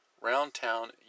Roundtown